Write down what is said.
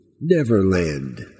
Neverland